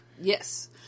Yes